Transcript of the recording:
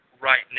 right